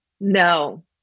no